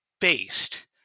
based